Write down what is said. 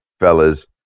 fellas